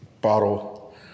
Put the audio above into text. bottle